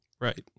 Right